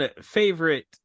favorite